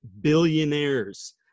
billionaires